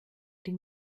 den